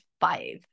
five